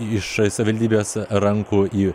iš savivaldybės rankų į